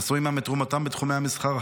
נשאו עימם את תרומתם בתחומי המסחר,